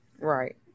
Right